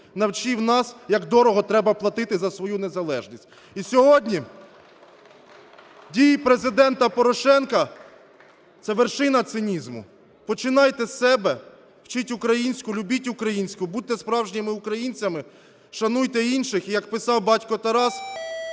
навчив нас як дорого треба платити за свою незалежність. І сьогодні дії Президента Порошенка – це вершина цинізму. Починайте з себе, вчіть українську, любіть українську, будьте справжніми українцями, шануйте інших і, як писав батько-Тарас: